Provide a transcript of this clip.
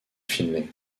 finlay